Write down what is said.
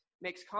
makes